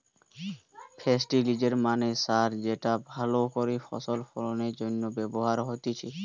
ফেস্টিলিজের মানে সার যেটা ভালো করে ফসল ফলনের জন্য ব্যবহার হতিছে